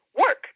work